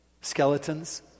Skeletons